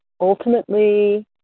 ultimately